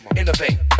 innovate